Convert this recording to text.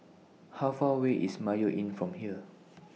How Far away IS Mayo Inn from here